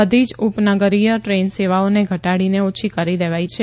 બધી જ ઉપનગરીય ટ્રેન સેવાઓને ઘટાડીને ઓછી કરી દેવાઈ છે